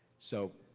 so,